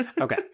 Okay